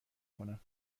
کنم